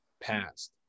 passed